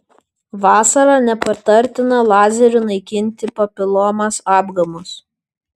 vasarą nepatartina lazeriu naikinti papilomas apgamus